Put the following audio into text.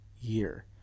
year